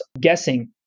guessing